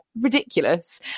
ridiculous